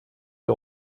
des